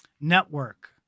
network